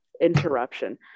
Interruption